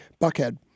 Buckhead